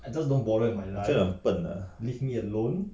就很笨啊